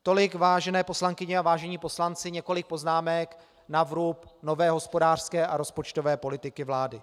Tolik, vážené poslankyně a vážení poslanci, několik poznámek na vrub nové hospodářské a rozpočtové politiky vlády.